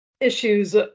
issues